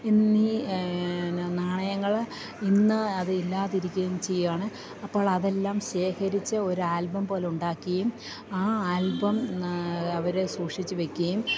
എന്നീ നാണയങ്ങൾ ഇന്ന് അതില്ലാതിരിക്കുകയും ചെയ്യുകയാണ് അപ്പോൾ അതെല്ലാം ശേഖരിച്ച് ഒരു ആൽബം പോലെ ഉണ്ടാക്കിയും ആ ആൽബം അവർ സൂക്ഷിച്ച് വയ്ക്കുകയും